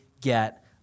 get